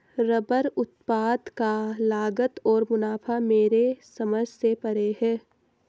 rubber उत्पाद का लागत और मुनाफा मेरे समझ से परे है